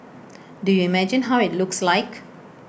do you imagine how IT looks like